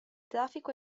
traffico